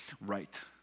right